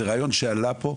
זה רעיון שעלה פה,